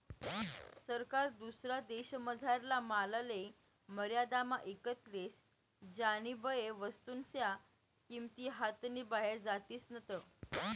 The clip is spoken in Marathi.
सरकार दुसरा देशमझारला मालले मर्यादामा ईकत लेस ज्यानीबये वस्तूस्न्या किंमती हातनी बाहेर जातीस नैत